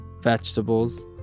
vegetables